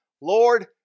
Lord